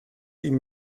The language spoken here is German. ihm